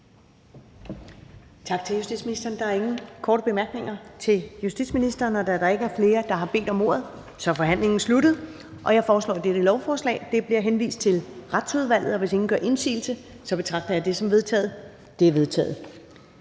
Tak til justitsministeren. Der er ingen korte bemærkninger til justitsministeren. Da der ikke er flere, der har bedt om ordet, er forhandlingen sluttet. Jeg foreslår, at dette lovforslag bliver henvist til Retsudvalget. Hvis ingen gør indsigelse, betragter jeg det som vedtaget. Det er vedtaget.